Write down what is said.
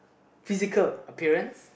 physical appearance